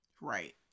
Right